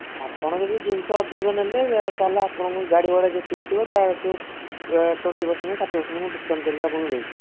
ଆପଣ ଯଦି ଜିନିଷ ଅଧିକ ନେଲେ ତା'ହେଲେ ଆପଣଙ୍କୁ ଗାଡ଼ି ଭଡ଼ା ଯେତିକି ଥିବ ତା'ଠୁ twenty percent thirty percent discount କରିକି ଆପଣଙ୍କୁ ଦେବି